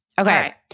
Okay